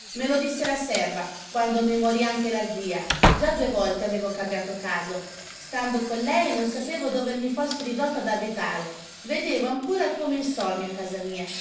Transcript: me lo disse la serva quando mi morì anche la zia già due volte avevo cambiato casa stando con lei e non sapevo dove mi fossi ridotto ad abitare vedevo ancora come in sogno casa mia